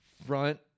front